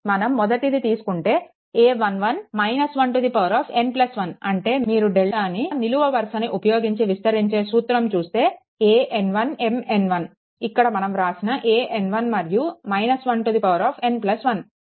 మనం మొదటిది తీసుకుంటే a11 n1 అంటే మీరు డెల్టాని నిలువు వరుసని ఉపయోగించి విస్తరించే సూత్రం చూస్తే an1 Mn1 ఇక్కడ మనం వ్రాసిన an1 మరియు n1